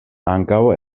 ankaŭ